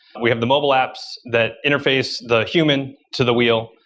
we have the mobile apps that interface the human to the wheel.